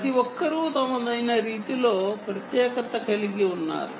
ప్రతి ఒక్కరూ తమదైన రీతిలో ప్రత్యేకత కలిగి ఉన్నారు